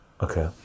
okay